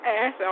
ass